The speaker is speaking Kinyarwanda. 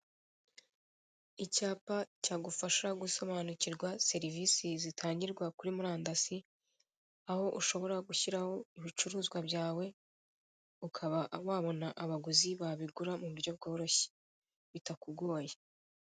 Icyapa cyagufasha gusobanukirwa serivise zitangwa kuri murandasi aho ushobora gushyiraho ibicuruzwa byawe ukaba wabona abaguzi babigura mu buryo bworoshye bitakugoye.